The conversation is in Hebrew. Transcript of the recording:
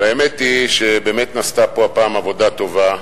אבל האמת היא שבאמת נעשתה פה הפעם עבודה טובה,